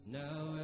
now